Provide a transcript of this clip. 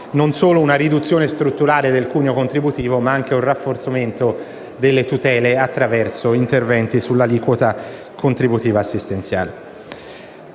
non solo una riduzione strutturale del cuneo contributivo, ma anche un rafforzamento delle tutele attraverso interventi sull'aliquota contributiva assistenziale.